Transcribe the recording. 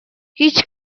هیچ